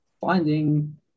finding